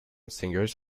singers